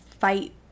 fight